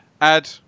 add